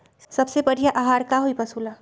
सबसे बढ़िया आहार का होई पशु ला?